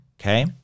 Okay